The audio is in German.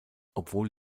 obwohl